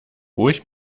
ruhig